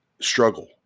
struggle